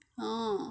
mm